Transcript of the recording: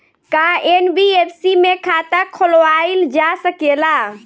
का एन.बी.एफ.सी में खाता खोलवाईल जा सकेला?